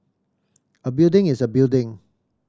a building is a building